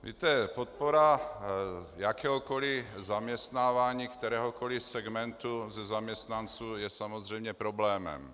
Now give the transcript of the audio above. Víte, podpora jakéhokoli zaměstnávání kteréhokoli segmentu ze zaměstnanců je samozřejmě problémem.